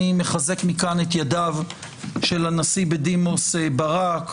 אני מחזק מכאן את ידיו של הנשיא בדימוס ברק,